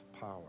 power